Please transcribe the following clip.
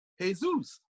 Jesus